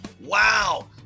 wow